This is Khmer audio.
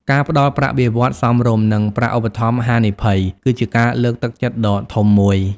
ការផ្តល់ប្រាក់បៀវត្សរ៍សមរម្យ និង ប្រាក់ឧបត្ថម្ភហានិភ័យ គឺជាការលើកទឹកចិត្តដ៏ធំមួយ។